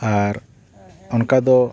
ᱟᱨ ᱚᱱᱠᱟ ᱫᱚ